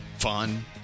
Fun